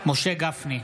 משה גפני,